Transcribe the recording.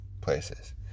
places